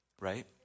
Right